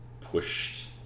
pushed